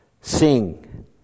Sing